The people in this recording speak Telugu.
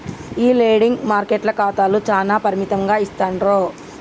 ఈ లెండింగ్ మార్కెట్ల ఖాతాలు చానా పరిమితంగా ఇస్తాండ్రు